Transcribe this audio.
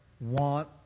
want